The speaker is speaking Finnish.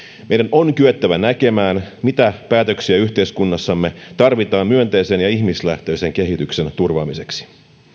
on kyettävä näkemään mitä päätöksiä yhteiskunnassamme tarvitaan myönteisen ja ihmislähtöisen kehityksen turvaamiseksi